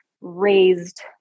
raised